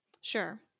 Sure